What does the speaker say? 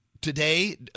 today